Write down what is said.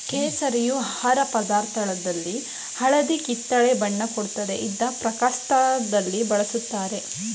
ಕೇಸರಿಯು ಆಹಾರ ಪದಾರ್ಥದಲ್ಲಿ ಹಳದಿ ಕಿತ್ತಳೆ ಬಣ್ಣ ಕೊಡ್ತದೆ ಇದ್ನ ಪಾಕಶಾಸ್ತ್ರದಲ್ಲಿ ಬಳುಸ್ತಾರೆ